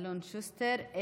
אלון שוסטר.